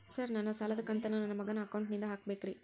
Sir ನನ್ನ ಸಾಲದ ಕಂತನ್ನು ನನ್ನ ಮಗನ ಅಕೌಂಟ್ ನಿಂದ ಹಾಕಬೇಕ್ರಿ?